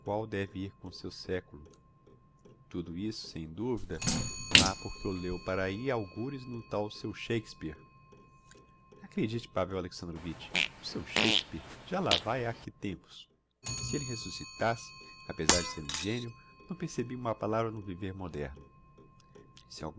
deve ir com o seu século tudo isso sem duvida lá por que o leu para ahi algures no tal seu shakespeare acredite pavel alexandrovitch o seu shakespeare já lá vae ha que tempos se elle resuscitasse apezar de ser um génio não percebia uma palavra do viver moderno se